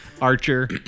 Archer